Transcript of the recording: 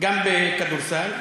גם בכדורסל,